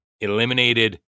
eliminated